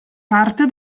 parte